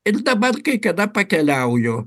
ir dabar kai kada pakeliauju